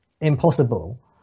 impossible